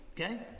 Okay